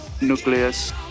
nucleus